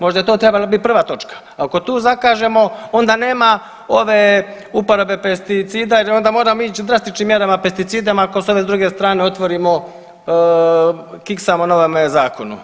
Možda je to trebalo bit prva točka, ako tu zakažemo onda nema ove uporabe pesticida jer onda moramo ići drastičnim mjerama pesticidima ako s ove druge strane otvorimo kiksamo na ovome zakonu.